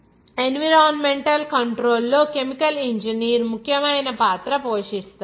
environmental control లో chemical engineer ముఖ్యమైన పాత్ర పోషిస్తాడు